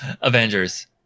Avengers